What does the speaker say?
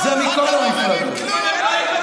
אתה לא מבין כלום, זה מכל המפלגות.